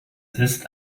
ist